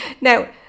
now